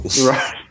Right